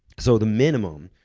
so the minimum.